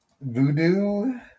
Voodoo